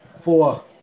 four